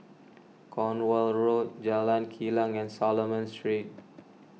Cornwall Road Jalan Kilang and Solomon Street